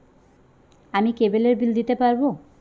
আমি কেবলের বিল দিতে পারবো?